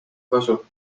kasu